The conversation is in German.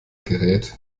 gerät